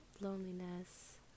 loneliness